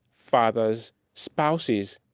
fathers, spouses,